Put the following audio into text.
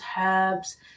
herbs